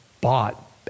bought